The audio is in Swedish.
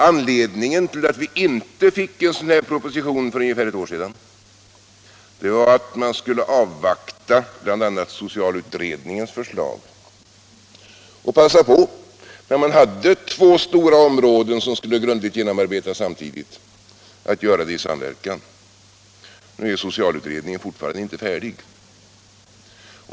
Anledningen till att vi inte fick en sådan här proposition för ungefär ett år sedan var att man skulle avvakta bl.a. socialutredningens förslag och passa på, när man hade två stora områden som skulle grundligt genomarbetas samtidigt, att göra det i samverkan. Nu är socialutredningen fortfarande inte färdig.